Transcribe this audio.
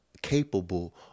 capable